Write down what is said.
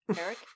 Eric